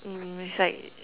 mm it's like